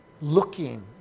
looking